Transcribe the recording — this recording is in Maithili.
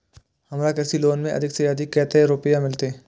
हमरा कृषि लोन में अधिक से अधिक कतेक रुपया मिलते?